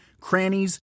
crannies